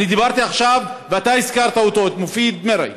אני דיברתי עכשיו, ואתה הזכרת את מופיד מרעי,